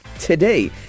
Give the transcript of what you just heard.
today